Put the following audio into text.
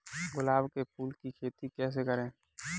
गुलाब के फूल की खेती कैसे करें?